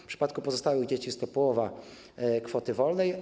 W przypadku pozostałych dzieci jest to połowa kwoty wolnej.